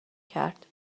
کرد